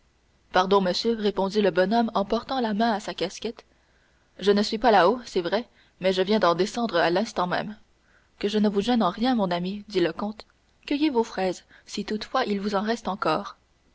pardon monsieur répondit le bonhomme en portant la main à sa casquette je ne suis pas là-haut c'est vrai mais je viens d'en descendre à l'instant même que je ne vous gêne en rien mon ami dit le comte cueillez vos fraises si toutefois il vous en reste encore